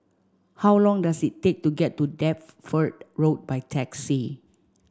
how long does it take to get to Deptford Road by taxi